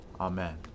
Amen